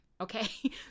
okay